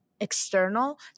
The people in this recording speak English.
external